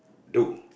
do